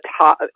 top